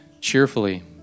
cheerfully